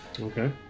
Okay